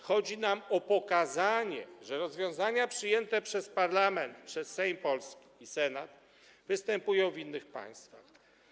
Chodzi nam o pokazanie, że rozwiązania przyjęte przez polski parlament, przez Sejm i Senat, występują w innych państwach.